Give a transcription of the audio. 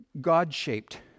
God-shaped